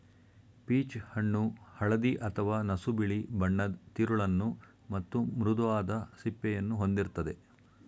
peach ಹಣ್ಣು ಹಳದಿ ಅಥವಾ ನಸುಬಿಳಿ ಬಣ್ಣದ್ ತಿರುಳನ್ನು ಮತ್ತು ಮೃದುವಾದ ಸಿಪ್ಪೆಯನ್ನು ಹೊಂದಿರ್ತದೆ